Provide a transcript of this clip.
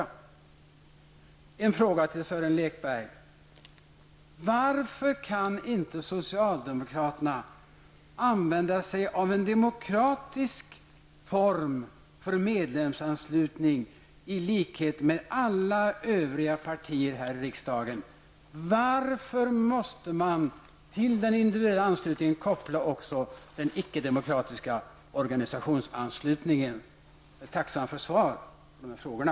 Jag vill fråga Sören Lekberg: Varför kan inte socialdemokraterna använda sig av en demokratisk form för medlemsanslutning, i likhet med alla övriga partier här i riksdagen? Varför måste man till den individuella anslutningen även koppla den icke-demokratiska organisationsanslutningen? Jag är tacksam för svar på de frågorna.